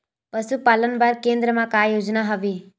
पशुपालन बर केन्द्र म का योजना हवे?